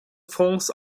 fonds